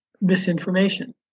misinformation